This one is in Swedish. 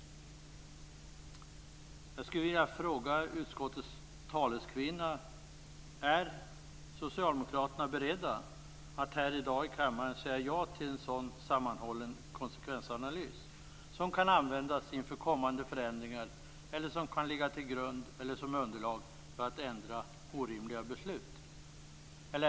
Jag skulle vilja fråga utskottets taleskvinna: Är socialdemokraterna beredda att här i dag i kammaren säga ja till en sådan sammanhållen konsekvensanalys, som kan användas inför kommande förändringar eller som kan ligga som underlag för att ändra orimliga beslut?